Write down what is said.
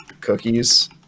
cookies